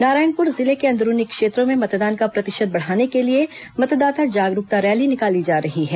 नारायणपुर जिले के अंदरूनी क्षेत्रों में मतदान का प्रतिशत बढ़ाने के लिए मतदाता जागरूकता रैली निकाली जा रही है